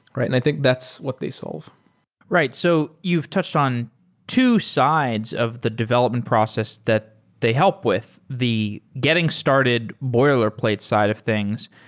and i think that's what they solve right. so you've touched on two sides of the development process that they help with, the getting started boilerplate side of things,